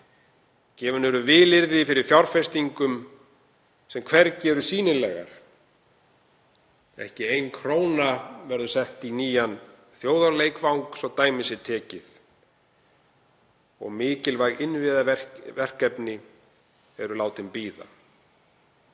Gefin eru vilyrði fyrir fjárfestingum sem hvergi eru sýnilegar, ekki 1 kr. verður sett í nýjan þjóðarleikvang, svo dæmi sé tekið, og mikilvæg innviðaverkefni eru látin bíða.